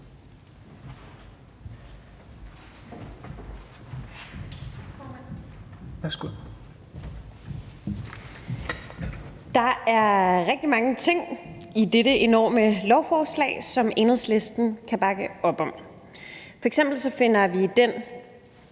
Der er rigtig mange ting i dette enorme lovforslag, som Enhedslisten kan bakke op om. F.eks. finder vi den